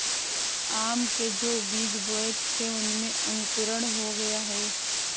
आम के जो बीज बोए थे उनमें अंकुरण हो गया है